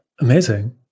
Amazing